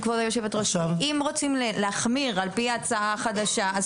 אם רוצים להחמיר על פי ההצעה החדשה אז